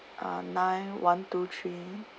uh nine one two three